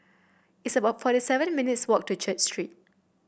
it's about forty seven minutes' walk to Church Street